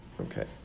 Okay